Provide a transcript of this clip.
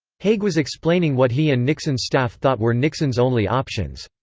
haig was explaining what he and nixon's staff thought were nixon's only options.